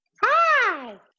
Hi